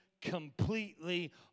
completely